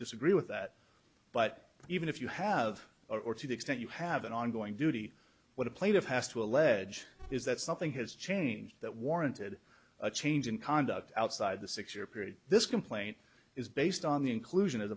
disagree with that but even if you have or to the extent you have an ongoing duty what a plaintiff has to allege is that something has changed that warranted chains and conduct outside the six year period this complaint is based on the inclusion